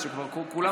כולם בירכו.